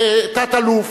תת-אלוף,